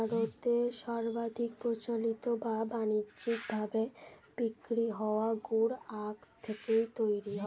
ভারতে সর্বাধিক প্রচলিত ও বানিজ্যিক ভাবে বিক্রি হওয়া গুড় আখ থেকেই তৈরি হয়